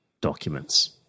documents